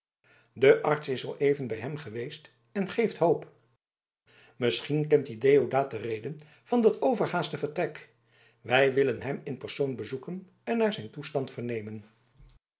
de arts is zooeven bij hem geweest en geeft hoop misschien kent deodaat de reden van dat overhaast vertrek wij willen hem in persoon bezoeken en naar zijn toestand vernemen